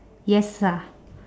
yes ah